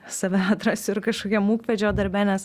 save atrasiu ir kažkokiam ūkvedžio darbe nes